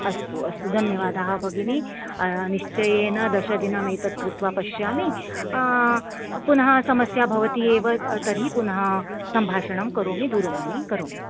अस्तु अस्तु धन्यवादाः भगिनी निश्चयेन दशदिनमेतत् कृत्वा पश्यामि पुनः समस्या भवति एव तर्हि पुनः सम्भाषणं करोमि दूरवाणीं करोमि